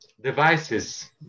devices